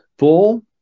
Full